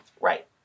Right